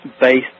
based